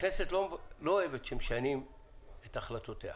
והכנסת לא אוהבת שמשנים את החלטותיה.